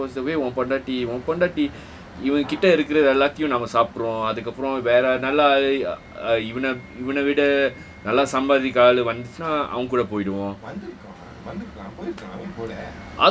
that was the way உன் பொண்டாட்டி உன் பொண்டாட்டி இவன் கிட்ட இருக்குற எல்லாத்தயும் நாம சாப்பிட்ருஒம் அதுக்கப்பறம் வெற நல்ல இவனை விட நல்ல சமாதிக்கிறவன் வந்துட்டா அவன் கூட போய்டுவோ:un pondaati un pondaati iwan kitta irukkura ellathayum nama saapitruwom athukkaparam wera nalla iwana vida nalla samaathikirawan wanthutta awan kooda poiduvo